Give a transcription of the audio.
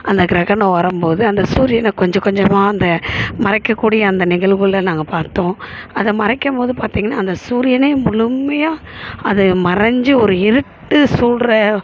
அந்த கிரகணம் வரும் போது அந்த சூரியனை கொஞ்சம் கொஞ்சமாக அந்த மறைக்க கூடிய அந்த நிகழ்வுகள நாங்கள் பார்த்தோம் அதை மறைக்கும் போது பார்த்தீங்கன்னா அந்த சூரியனே முழுமையா அது மறைஞ்சி ஒரு இருட்டு சூழ்ற